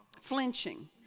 flinching